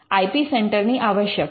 I P centre ની આવશ્યકતા